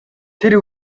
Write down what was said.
тэр